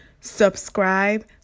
Subscribe